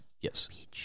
yes